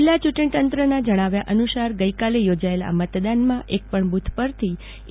જીલ્લા યૂંટણીતંત્રના જણાવ્યા અનુસાર ગઈ કાલે યોજાયેલી આ મતદાનમાં એક પણ બુથ પરથી ઈ